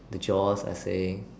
the jaws are safe